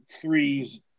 threes